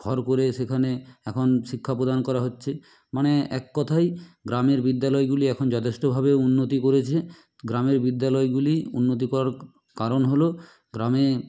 ঘর করে সেখানে এখন শিক্ষা প্রদান করা হচ্ছে মানে এক কথায় গ্রামের বিদ্যালয়গুলি এখন যথেষ্টভাবে উন্নতি করেছে গ্রামের বিদ্যালয়গুলি উন্নতিকর কারণ হলো গ্রামে